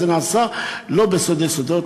וזה נעשה לא בסודי-סודות,